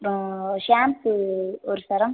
அப்புறம் ஷேம்பு ஒரு சரம்